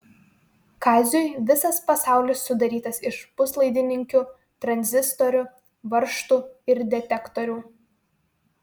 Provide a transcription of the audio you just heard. kaziui visas pasaulis sudarytas iš puslaidininkių tranzistorių varžtų ir detektorių